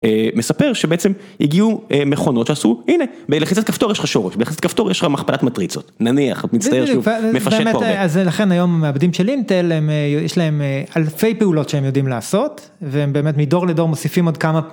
מספר שבעצם הגיעו מכונות שעשו הנה, בלחיצת כפתור יש לך שורש, בלחיצת כפתור יש לך מכפלת מטריצות, נניח, מצטייר שהוא מפשט פה הרבה. אז לכן היום המעבדים של אינטל, יש להם אלפי פעולות שהם יודעים לעשות, והם באמת מדור לדור מוסיפים עוד כמה.